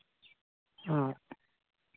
ᱚ